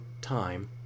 time